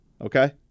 Okay